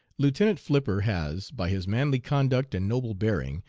lieutenant flipper has, by his manly conduct and noble bearing,